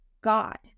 God